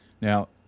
Now